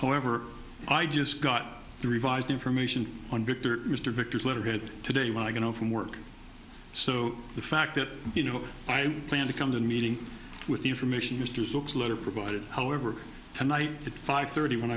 however i just got the revised information on victor mr victor letterhead today when i got home from work so the fact that you know i plan to come to the meeting with the information mr sachs later provided however tonight at five thirty when